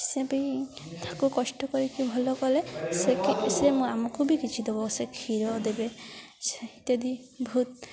ସେ ବି ତାକୁ କଷ୍ଟ କରିକି ଭଲ କଲେ ସେ ସେ ଆମକୁ ବି କିଛି ଦେବ ସେ କ୍ଷୀର ଦେବେ ଇତ୍ୟାଦି ବହୁତ